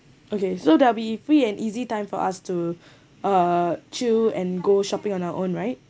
okay so there will be free and easy time for us to uh chill and go shopping on our own right